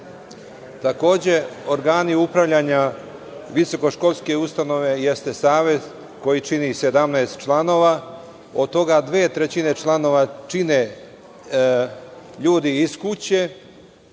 organi upravljanja visoko-školske ustanove jeste savet koji čini 17 članova, od toga dve trećine članova čine ljudi iz kuće